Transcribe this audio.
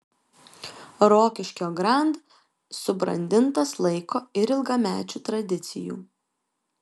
rokiškio grand subrandintas laiko ir ilgamečių tradicijų